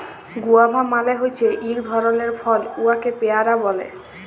guava মালে হছে ইক ধরলের ফল উয়াকে পেয়ারা ব্যলে